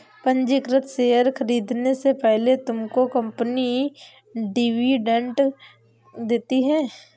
पंजीकृत शेयर खरीदने से पहले तुमको कंपनी डिविडेंड देती है